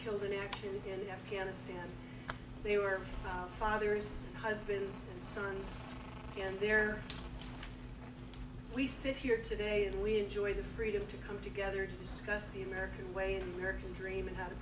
killed in action in afghanistan they were fathers and husbands and sons and we sit here today and we enjoy the freedom to come together to discuss the american way and american dream and how to